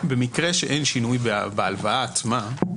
במקרה שאין שינוי בהלוואה עצמה,